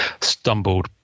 stumbled